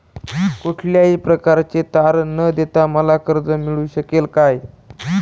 कुठल्याही प्रकारचे तारण न देता मला कर्ज मिळू शकेल काय?